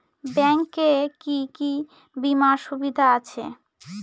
Bank এ কি কী বীমার সুবিধা আছে?